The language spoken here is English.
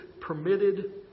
permitted